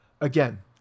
Again